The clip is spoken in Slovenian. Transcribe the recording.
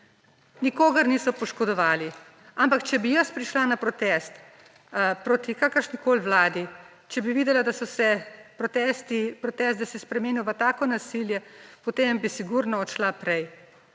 Nikogar niso poškodovali. Ampak če bi jaz prišla na protest proti kakršnikoli vladi, če bi videla, da se je protest spremenil v tako nasilje, potem bi sigurno odšla prej.